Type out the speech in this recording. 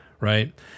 right